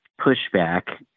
pushback